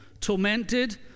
tormented